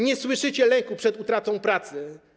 Nie słyszycie lęku przed utratą pracy.